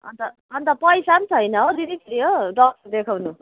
अन्त अन्त पैसा पनि छैन हो दिदी फेरि हो डक्टर देखाउनु